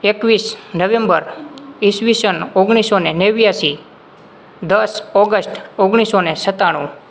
એકવીસ નવૅમ્બર ઈસવીસન ઓગણીસ સો અને નેવ્યાશી દસ ઑગસ્ટ ઓગણીસ સો અને સત્તાણું